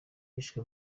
bishwe